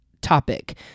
topic